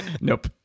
Nope